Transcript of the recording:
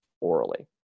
orally